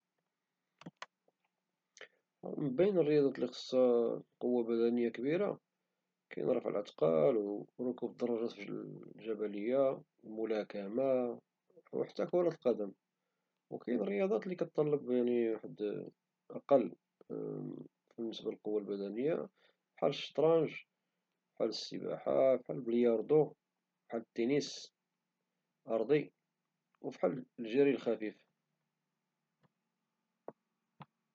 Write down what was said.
من بين الرياضات لي خصها قوة بدنية كبيرة كاين رفع الأثقال وركوب الدراجات الجبلية والملاكمة وحتى كرة القدم، وكاين واحد الرياضات لي كتطلب اقل بالنسبة للقوة البدنية فحال الشطرنج و فحال السباحة وفحال البلياردو و فحال التنس الأرضي وفحال الجري الخفيف